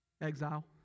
Exile